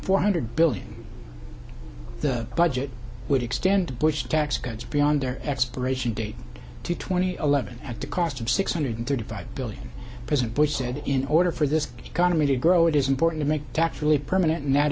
four hundred billion the budget would extend the bush tax cuts beyond their expiration date to twenty eleven at the cost of six hundred thirty five billion president bush said in order for this economy to grow it is important to make tax relief permanent and that